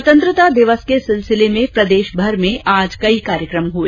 स्वतंत्रता दिवस के सिलसिले में प्रदेशभर में आज कई कार्यकम हुए